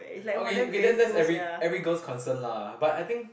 okay okay that's that's every every girl's concern lah but I think